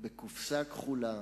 בקופסה כחולה,